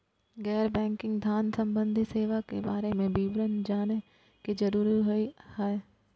गैर बैंकिंग धान सम्बन्धी सेवा के बारे में विवरण जानय के जरुरत होय हय?